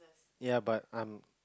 ya but I'm